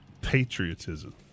patriotism